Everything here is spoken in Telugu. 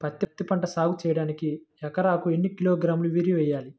పత్తిపంట సాగు చేయడానికి ఎకరాలకు ఎన్ని కిలోగ్రాముల యూరియా వేయాలి?